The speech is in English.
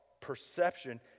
perception